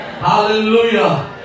Hallelujah